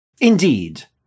Indeed